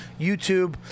YouTube